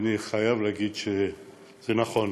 ואני חייב לומר שזה נכון.